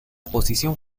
posición